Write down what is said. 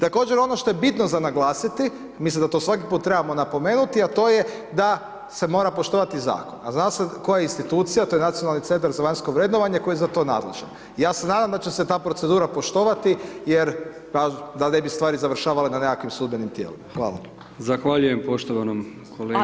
Također, ono što je bitno za naglasiti, mislim da to svaki put trebamo napomenuti, a to je da se mora poštovati Zakon, a zna se koja institucija, to je Nacionalni centar za vanjsko vrednovanje koje je za to nadležan, i ja se nadam da će se ta procedura poštovati, jer da ne bi stvari završavale na nekakvim sudbenim tijelima.